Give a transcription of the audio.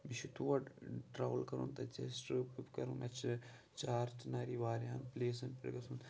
مےٚ چھِ تور ٹرٛیوٕل کَرُن تَتہِ چھِ اَسہِ ٹٕرٛپ وٕرٛپ کَرُن اَسہِ چھِ چار چِناری وارِیاہن پٕلیسَن پٮ۪ٹھ گژھُن